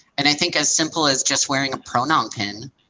and i think as simple as just wearing a pronoun pin